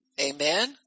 amen